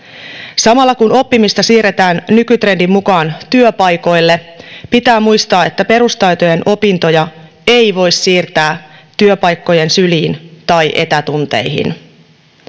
samalla kun oppimista siirretään nykytrendin mukaan työpaikoille pitää muistaa että perustaitojen opintoja ei voi siirtää työpaikkojen syliin tai etätunteihin